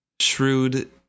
Shrewd